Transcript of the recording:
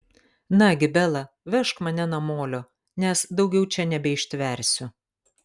nagi bela vežk mane namolio nes daugiau čia nebeištveriu